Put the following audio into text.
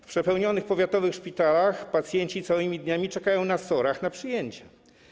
W przepełnionych powiatowych szpitalach pacjenci całymi dniami czekają na SOR-ach na przyjęcie.